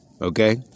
okay